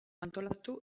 antolatu